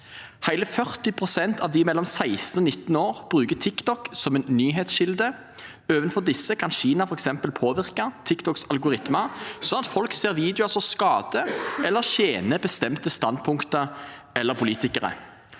Hele 40 pst. av dem mellom 16 og 19 år bruker TikTok som en nyhetskilde. Overfor disse kan Kina f.eks. påvirke TikToks algoritmer sånn at folk ser videoer som skader, eller som tjener bestemte standpunkter eller politikere.